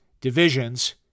divisions